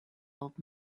old